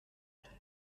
qu’est